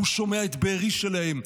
הוא שומע את בארי שלהם,